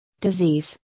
disease